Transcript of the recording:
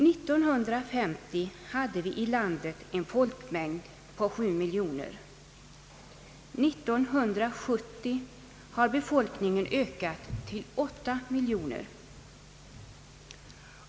1950 hade vi i landet en folkmängd på 7 miljoner. 1970 har befolkningen ökat till 8 miljoner.